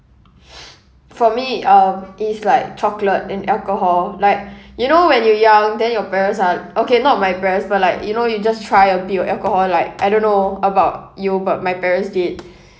for me um it's like chocolate and alcohol like you know when you're young then your parents ah okay not my parents but like you know you just try a bit of alcohol like I don't know about you but my parents did